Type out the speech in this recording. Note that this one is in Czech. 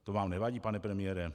To vám nevadí, pane premiére?